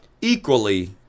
equally